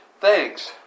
Thanks